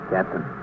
Captain